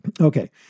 okay